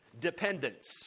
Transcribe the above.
Dependence